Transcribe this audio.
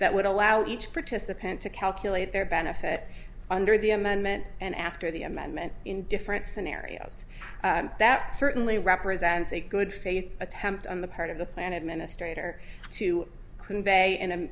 that would allow each participant to calculate their benefit under the amendment and after the amendment in different scenarios that certainly represents a good faith attempt on the part of the plan administrator to convey in a